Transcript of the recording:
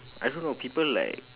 I don't know people like